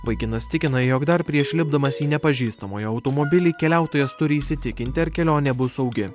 vaikinas tikina jog dar prieš lipdamas į nepažįstamojo automobilį keliautojas turi įsitikinti ar kelionė bus saugi